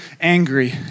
angry